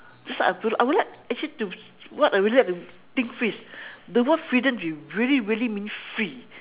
that's why I would I would like actually to what I would really like to think free is the word freedom is really really mean free